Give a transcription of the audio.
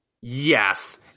Yes